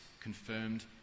confirmed